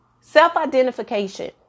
Self-identification